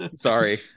Sorry